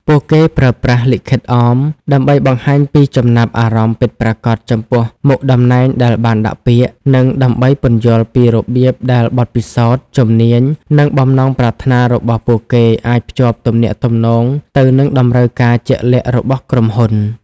ពួកគេប្រើប្រាស់ លិខិតអម ដើម្បីបង្ហាញពីចំណាប់អារម្មណ៍ពិតប្រាកដចំពោះមុខតំណែងដែលបានដាក់ពាក្យ និងដើម្បីពន្យល់ពីរបៀបដែលបទពិសោធន៍ ជំនាញ និងបំណងប្រាថ្នារបស់ពួកគេអាចភ្ជាប់ទំនាក់ទំនងទៅនឹងតម្រូវការជាក់លាក់របស់ក្រុមហ៊ុន។